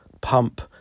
pump